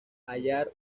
hallar